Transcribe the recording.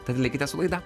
tad likite su laida